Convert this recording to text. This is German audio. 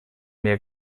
mir